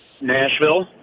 Nashville